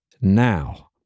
now